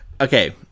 Okay